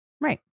right